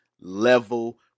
level